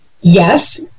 yes